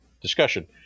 discussion